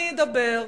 אני אדבר,